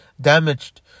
damaged